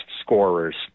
scorers